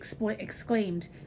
exclaimed